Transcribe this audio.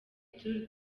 tour